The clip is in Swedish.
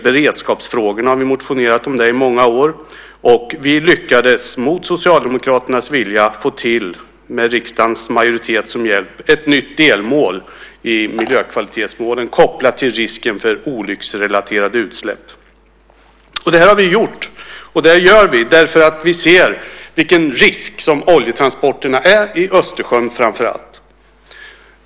Beredskapsfrågorna har vi motionerat om i många år, och vi lyckades mot Socialdemokraternas vilja, med riksdagens majoritet som hjälp, få till ett nytt delmål i miljökvalitetsmålen kopplat till risken för olycksrelaterade utsläpp. Det har vi gjort, och det gör vi, för att vi ser vilken risk som oljetransporterna utgör i framför allt Östersjön.